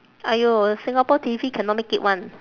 !aiyo! singapore T_V cannot make it one